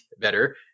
better